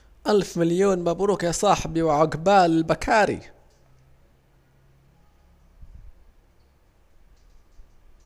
ألف مليون مبروك يا صاحبي وعجبال البكاري